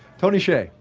tony hsieh,